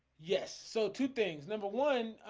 yes, so two things number one.